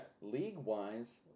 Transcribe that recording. league-wise